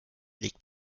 legt